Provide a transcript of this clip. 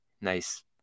Nice